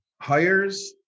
hires